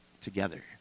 together